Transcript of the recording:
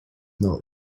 not